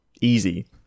easy